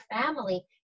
family